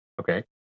okay